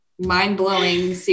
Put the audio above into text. mind-blowing